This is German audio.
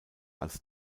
als